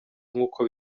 nk’uko